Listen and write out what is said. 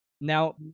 Now